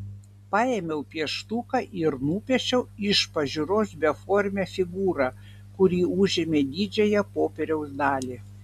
paėmiau pieštuką ir nupiešiau iš pažiūros beformę figūrą kuri užėmė didžiąją popieriaus dalį